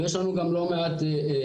ויש לנו גם לא מעט שותפים.